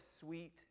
sweet